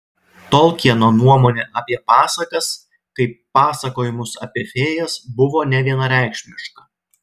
tolkieno nuomonė apie pasakas kaip pasakojimus apie fėjas buvo nevienareikšmiška